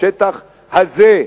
בשטח הזה,